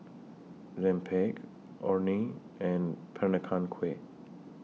Rempeyek Orh Nee and Peranakan Kueh